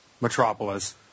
metropolis